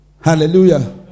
Hallelujah